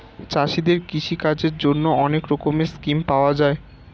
চাষীদের কৃষি কাজের জন্যে অনেক রকমের স্কিম পাওয়া যায়